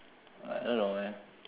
I don't know man